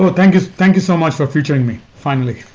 but thank ah thank you so much for featuring me, finally